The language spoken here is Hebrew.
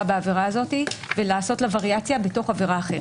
בעבירה הזאת ולעשות לה וריאציה בתוך עבירה אחרת.